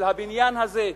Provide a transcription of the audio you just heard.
של הבניין הזה,